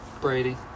Brady